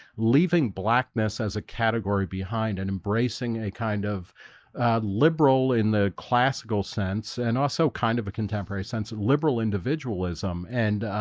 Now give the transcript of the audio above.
leaving blackness as a category behind and embracing a kind of liberal in the classical sense and also kind of a contemporary sense of liberal individualism and